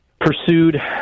pursued